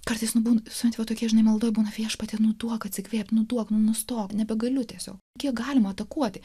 kartais būna sunkiau tokie žinai maldoje būna viešpatie nutuok atsikvėpti nutuoktų nustok nebegaliu tiesiog kiek galima atakuoti